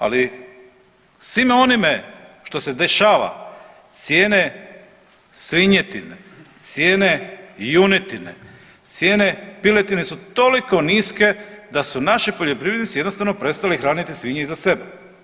Ali svime onime što se dešava cijene svinjetine, cijene junetine, cijene piletine su toliko niske da su naši poljoprivrednici jednostavno prestali hraniti svinje i za sebe.